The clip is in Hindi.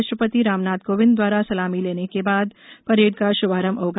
राष्ट्रपति रामनाथ कोर्विद द्वारा सलामी लेने के साथ परेड का शुभारंभ होगा